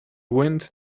wind